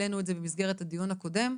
העלינו את זה במסגרת הדיון הקודם.